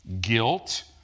Guilt